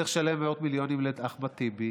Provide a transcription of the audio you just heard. צריך לשלם מאות מיליונים לאחמד טיבי.